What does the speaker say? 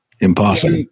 Impossible